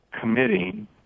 committing